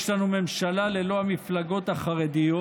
יש לנו ממשלה ללא המפלגות החרדיות,